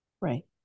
right